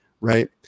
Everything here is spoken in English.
right